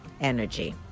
energy